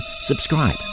subscribe